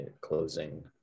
closing